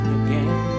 again